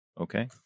Okay